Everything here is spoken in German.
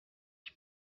ich